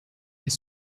est